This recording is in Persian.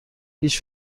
هیچ